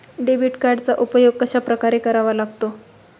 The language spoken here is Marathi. डेबिट कार्डचा उपयोग कशाप्रकारे करावा लागतो?